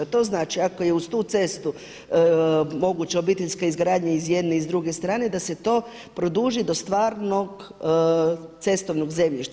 To znači, ako je uz tu cestu moguća obiteljska izgradnja i s jedne i s druge strane da se to produži do stvarnog cestovnog zemljišta.